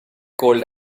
cold